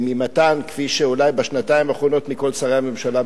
אני רוצה להודות לשר שהתחיל לטפל בזה כשהוא היה סגן שר והיום הוא שר,